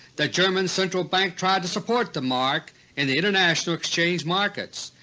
the german central bank tried to support the mark in the international exchange markets.